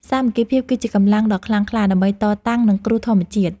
សាមគ្គីភាពគឺជាកម្លាំងដ៏ខ្លាំងក្លាដើម្បីតតាំងនឹងគ្រោះធម្មជាតិ។